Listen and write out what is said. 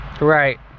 Right